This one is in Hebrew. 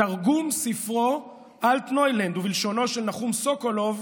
תרגום ספרו "אלטנוילנד", ובלשונו של נחום סוקולוב,